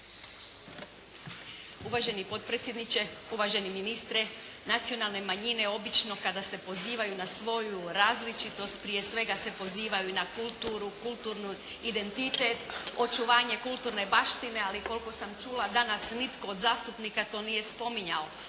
Uvaženi potpredsjedniče, uvaženi ministre. Nacionalne manjine obično kada se pozivaju na svoju različitost, prije svega se pozivaju na kulturu, identitet, očuvanje kulturne baštine, ali koliko sam čula danas nitko od zastupnika to nije spominjao.